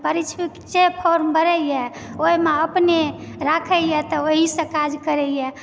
परीक्षे form भरयए ओहिमे अपने राखैए तऽ ओहिसँ काज करयए